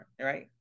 right